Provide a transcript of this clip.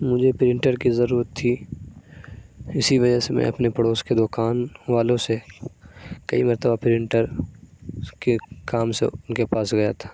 مجھے پرنٹر کی ضرورت تھی اسی وجہ سے میں اپنے پڑوس کے دکان والوں سے کئی مرتبہ پرنٹر اس کے کام سے ان کے پاس گیا تھا